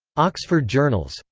oxford journals.